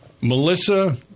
Melissa